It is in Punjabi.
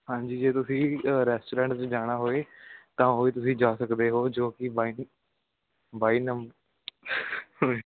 ਹਾਂਜੀ ਜੇ ਤੁਸੀਂ ਰੈਸਟੋਰੈਂਟ 'ਚ ਜਾਣਾ ਹੋਵੇ ਤਾਂ ਉਹ ਵੀ ਤੁਸੀਂ ਜਾ ਸਕਦੇ ਹੋ ਜੋ ਕਿ ਬਾਈਨ ਬਾਈ ਨੰਬਰ